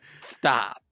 stop